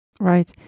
Right